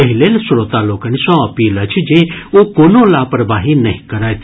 एहि लेल श्रोता लोकनि सँ अपील अछि जे ओ कोनो लापरवाही नहि करथि